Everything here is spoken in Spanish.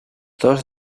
dos